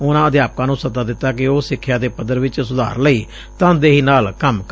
ਉਨਾਂ ਅਧਿਆਪਕਾਂ ਨੰ ਸੱਦਾ ਦਿੱਤਾ ਕਿ ੳਹੂ ਸਿੱਖਿਆ ਦੇ ਪੱਧਰ ਵਿੱਚ ਸਧਾਰ ਲਈ ਤਨਦੇਹੀ ਨਾਲ ਕੰਮ ਕਰਨ